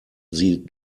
sie